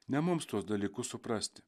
ne mums tuos dalykus suprasti